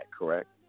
correct